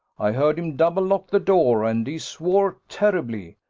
i heard him double-lock the door, and he swore terribly.